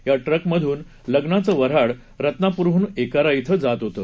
या ट्रकमधून लग्नाचं वन्हाड रत्नापूरहून एकारा ध्वीं जात होतं